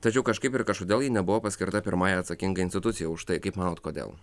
tačiau kažkaip kažkodėl ji nebuvo paskirta pirmąja atsakinga institucija už tai kaip manot kodėl